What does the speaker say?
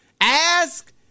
Ask